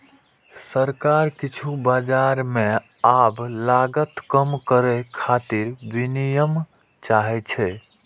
सरकार किछु बाजार मे आब लागत कम करै खातिर विनियम चाहै छै